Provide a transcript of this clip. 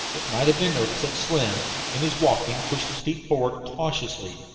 it might have been noticed that slim, in his walking, pushed his feet forward cautiously,